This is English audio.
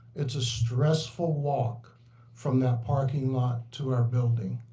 it's a stressful walk from that parking lot to our building.